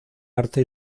arte